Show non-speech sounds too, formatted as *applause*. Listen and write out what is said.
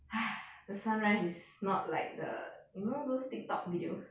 *breath* the sunrise is not like the you know those tik tok videos